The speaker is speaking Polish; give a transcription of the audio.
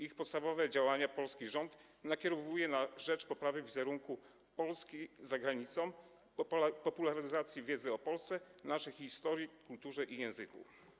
Ich podstawowe działania polski rząd nakierowuje na rzecz poprawy wizerunku Polski za granicą, popularyzacji wiedzy o Polsce, naszej historii, kulturze i języku.